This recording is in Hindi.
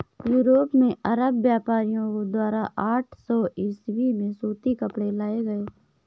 यूरोप में अरब व्यापारियों द्वारा आठ सौ ईसवी में सूती कपड़े लाए गए